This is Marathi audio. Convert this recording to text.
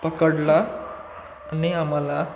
पकडला आणि आम्हाला